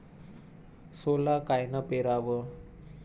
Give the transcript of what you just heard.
सोला कायनं पेराव?